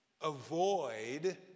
avoid